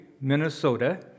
Minnesota